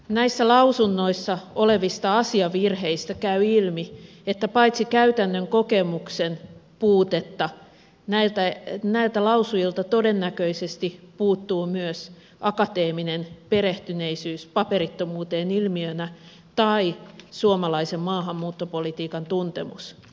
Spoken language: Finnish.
näissä lausunnoissa olevista asiavirheistä käy ilmi että paitsi käytännön kokemuksen puutetta näiltä lausujilta todennäköisesti puuttuu myös akateeminen perehtyneisyys paperittomuuteen ilmiönä tai suomalaisen maahanmuuttopolitiikan tuntemus